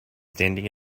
standing